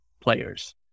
players